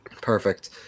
Perfect